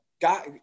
got